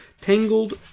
tangled